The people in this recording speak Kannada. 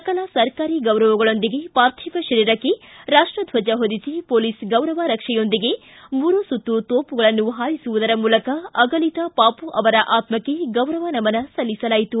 ಸಕಲ ಸರ್ಕಾರಿ ಗೌರವಗಳೊಂದಿಗೆ ಪಾರ್ಥಿವ ಶರೀರಕ್ಕೆ ರಾಷ್ಪದ್ದಜ ಹೊದಿಸಿ ಪೊಲೀಸ್ ಗೌರವ ರಕ್ಷೆಯೊಂದಿಗೆ ಮೂರು ಸುತ್ತು ತೋಪುಗಳನ್ನು ಹಾರಿಸುವುದರ ಮೂಲಕ ಅಗಲಿದ ಪಾಪು ಅವರ ಆತ್ಲಕ್ಷೆ ಗೌರವ ನಮನ ಸಲ್ಲಿಸಲಾಯಿತು